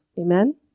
Amen